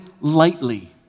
lightly